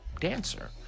dancer